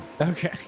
Okay